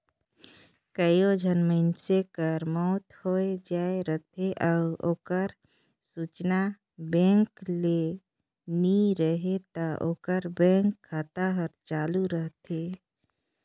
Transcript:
कइयो झन मइनसे कर मउत होए जाए रहथे अउ ओकर सूचना बेंक ल नी रहें ता ओकर बेंक खाता हर चालू रहथे